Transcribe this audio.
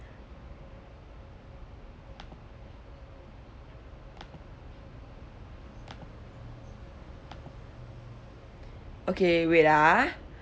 okay wait ah